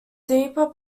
deeper